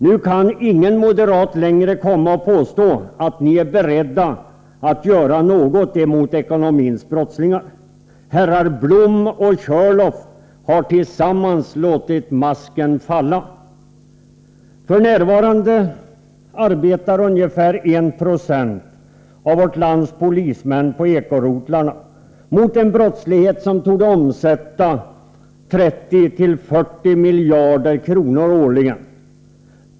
Nu kan ingen moderat komma och påstå att ni är beredda att göra något mot ekonomins brottslingar. Herrar Blom och Körlof har tillsammans låtit masken falla. F.n. arbetar ungefär 196 av vårt lands polismän på Eko-rotlarna mot en brottslighet, som torde omsätta 30-40 miljarder kronor årligen.